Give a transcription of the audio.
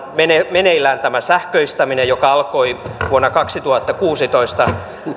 meneillään tämä sähköistäminen joka alkoi vuonna kaksituhattakuusitoista ja